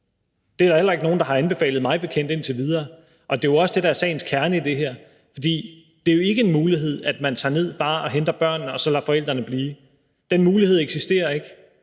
bekendt heller ikke nogen der har anbefalet indtil videre. Det er jo også det, der er sagens kerne i det her, for det er jo ikke en mulighed, at man bare tager ned og henter børnene og så lader forældrene blive. Den mulighed eksisterer ikke.